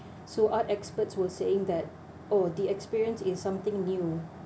so art experts were saying that oh the experience is something new